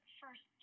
first